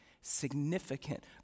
significant